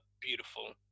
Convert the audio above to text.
beautiful